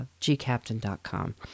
gcaptain.com